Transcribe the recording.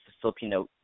Filipino